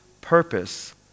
purpose